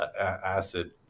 acid